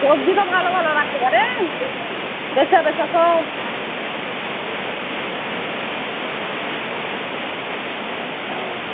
সবজি তো ভালো ভালো রাখতে পারেন বেছে বেছে সব